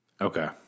Okay